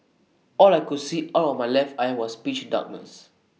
all I could see out of my left eye was pitch darkness